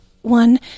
one